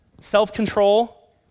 self-control